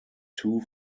two